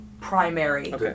primary